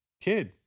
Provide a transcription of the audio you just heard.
kid